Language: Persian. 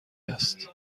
است